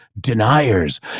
deniers